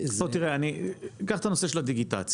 לא, תראה, קח את הנושא של הדיגיטציה.